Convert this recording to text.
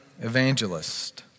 evangelist